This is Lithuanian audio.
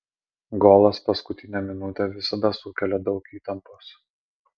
golas paskutinę minutę visada sukelia daug įtampos